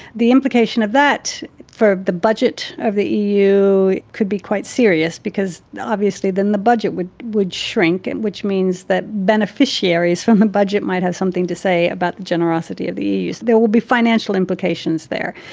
the implication of that for the budget of the eu could be quite serious because obviously then the budget would would shrink, and which means that beneficiaries from the budget might have something to say about the generosity of the eu. so there will be financial implications there,